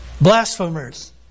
Blasphemers